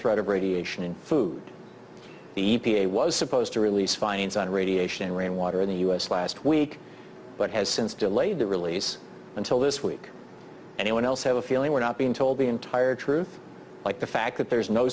threat of radiation in food the e p a was supposed to release findings on radiation rainwater in the u s last week but has since delayed the release until this week anyone else have a feeling we're not being told the entire truth like the fact that there's no